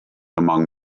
among